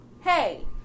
hey